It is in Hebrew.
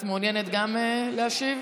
גם את מעוניינת להשיב?